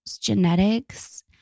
genetics